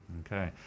Okay